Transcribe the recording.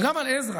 וגם על עזרא,